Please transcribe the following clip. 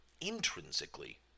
intrinsically